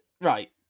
Right